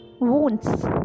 wounds